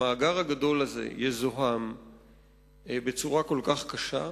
המאגר הזה יזוהם בצורה כל כך קשה,